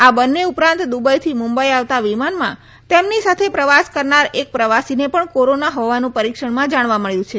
આ બંને ઉપરાંત દુબઈથી મુંબઈ આવતાં વિમાનમાં તેમની સાથે પ્રવાસ કરનાર એક પ્રવાસીને પણ કોરોના હોવાનું પરિક્ષણમાં જાણવા મળ્યું છે